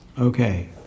okay